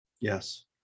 Yes